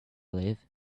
live